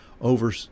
over